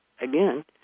again